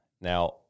Now